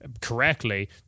correctly